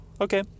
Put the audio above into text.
okay